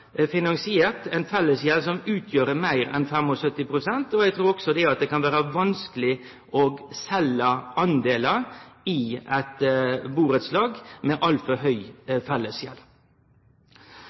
finansiert ei fellesgjeld som utgjer meir enn 75 pst., og eg trur også det kan vere vanskeleg å selje delar i eit burettslag med altfor høg